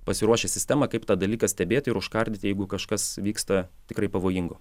pasiruošę sistemą kaip tą dalyką stebėti ir užkardyt jeigu kažkas vyksta tikrai pavojingo